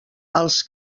els